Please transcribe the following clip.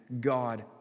God